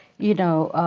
you know,